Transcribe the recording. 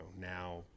now